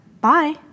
Bye